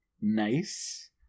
Nice